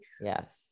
Yes